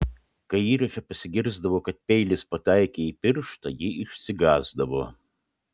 kai įraše pasigirsdavo kad peilis pataikė į pirštą ji išsigąsdavo